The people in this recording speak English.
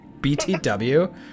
BTW